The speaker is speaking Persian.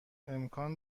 امکان